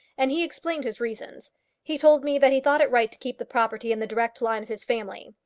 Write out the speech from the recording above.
and he explained his reasons he told me that he thought it right to keep the property in the direct line of his family.